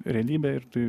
realybė ir tai